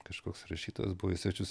kažkoks rašytojas buvo į svečius